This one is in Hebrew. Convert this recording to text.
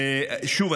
שוב,